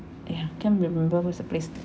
!aiya! can't remember what's the place